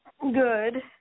Good